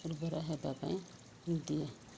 ଉର୍ବର ହେବା ପାଇଁ ଦିଏ